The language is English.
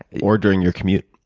or during your commute.